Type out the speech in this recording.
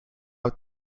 out